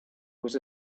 was